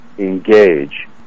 Engage